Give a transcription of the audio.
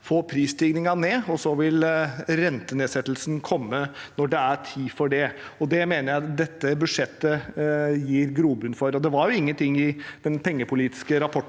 få prisstigningen ned, og så vil rentenedsettelsen komme når det er tid for det. Det mener jeg dette budsjettet gir grobunn for. Det var jo ingenting i den pengepolitiske rapporten